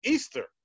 Easter